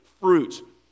fruit